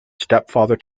stepfather